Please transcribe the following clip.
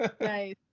nice